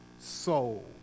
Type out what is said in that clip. soul